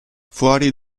fuori